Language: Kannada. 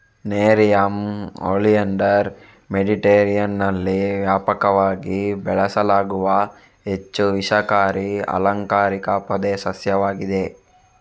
ನೆರಿಯಮ್ ಒಲಿಯಾಂಡರ್ ಮೆಡಿಟರೇನಿಯನ್ನಲ್ಲಿ ವ್ಯಾಪಕವಾಗಿ ಬೆಳೆಸಲಾಗುವ ಹೆಚ್ಚು ವಿಷಕಾರಿ ಅಲಂಕಾರಿಕ ಪೊದೆ ಸಸ್ಯವಾಗಿದೆ